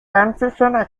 confusion